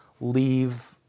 leave